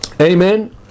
Amen